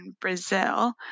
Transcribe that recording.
Brazil